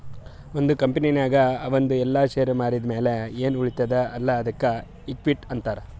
ಒಂದ್ ಕಂಪನಿನಾಗ್ ಅವಂದು ಎಲ್ಲಾ ಶೇರ್ ಮಾರಿದ್ ಮ್ಯಾಲ ಎನ್ ಉಳಿತ್ತುದ್ ಅಲ್ಲಾ ಅದ್ದುಕ ಇಕ್ವಿಟಿ ಅಂತಾರ್